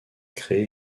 créé